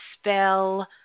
Spell